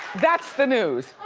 that's the news.